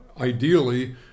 Ideally